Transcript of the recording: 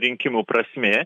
rinkimų prasmė